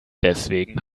deswegen